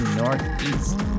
northeast